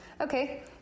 Okay